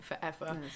forever